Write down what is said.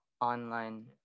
online